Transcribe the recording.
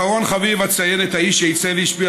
אחרון חביב אציין את האיש שעיצב והשפיע